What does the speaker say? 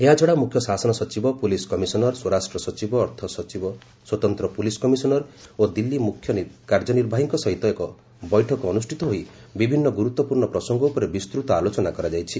ଏହାଛଡ଼ା ମୁଖ୍ୟ ଶାସନ ସଚିବ ପୁଲିସ୍ କମିଶନର୍ ସ୍ୱରାଷ୍ଟ୍ର ସଚିବ ଅର୍ଥ ସଚିବସ୍ୱତନ୍ତ ପୁଲିସ୍ କମିଶନର୍ ଓ ଦିଲ୍ଲୀ ମୁଖ୍ୟ କାର୍ଯ୍ୟନିର୍ବାହୀଙ୍କ ସହିତ ଏକ ବୈଠକ ଅନୁଷ୍ଠିତ ହୋଇ ବିଭିନ୍ନ ଗୁରୁତ୍ୱପୂର୍ଣ୍ଣ ପ୍ରସଙ୍ଗ ଉପରେ ବିସ୍ତୃତ ଆଲୋଚନା କରାଯାଇଛି